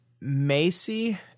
Macy